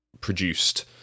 produced